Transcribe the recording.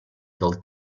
del